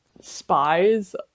spies